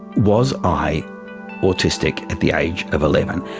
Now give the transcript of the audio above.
was i autistic at the age of eleven?